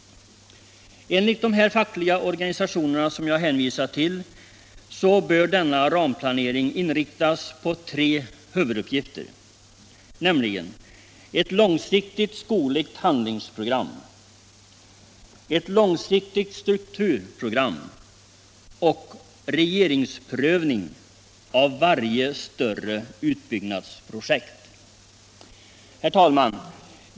Enligt dessa fackliga organisationer bör denna ramplanering inriktas på tre huvuduppgifter, nämligen ett långsiktigt skogligt handlingsprogram, ett långsiktigt strukturprogram och en regeringsprövning av varje större utbyggnadsprojekt. Herr talman!